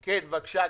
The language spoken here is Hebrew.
כן, גברתי,